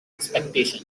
expectation